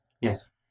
Yes